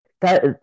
That-